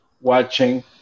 watching